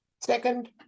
second